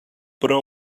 però